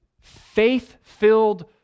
faith-filled